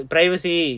Privacy